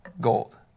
gold